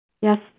Yes